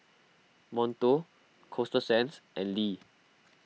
Monto Coasta Sands and Lee